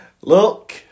Look